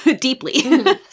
deeply